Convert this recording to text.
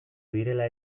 direla